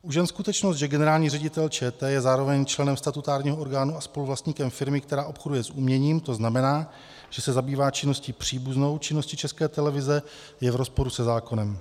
Už jen skutečnost, že generální ředitel ČT je zároveň členem statutárního orgánu a spoluvlastníkem firmy, která obchoduje s uměním, to znamená, že se zabývá činností příbuznou činnosti České televize, je v rozporu se zákonem.